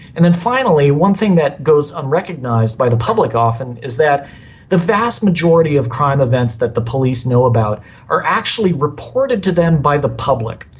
and then finally, one thing that goes unrecognised by the public often is that the vast majority of crime events that the police know about are actually reported to them by the public.